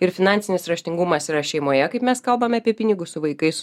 ir finansinis raštingumas yra šeimoje kaip mes kalbame apie pinigus su vaikais